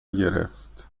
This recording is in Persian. گرفت